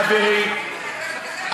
חברי,